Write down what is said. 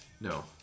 No